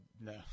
no